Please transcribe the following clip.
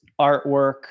artwork